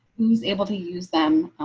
who's able to use them.